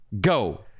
go